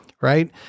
right